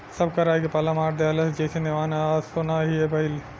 सब कराई के पाला मार देहलस जईसे नेवान त असो ना हीए भईल